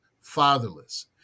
fatherless